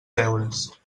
deures